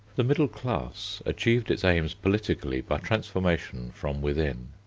the middle class achieved its aims politically by transformation from within.